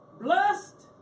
blessed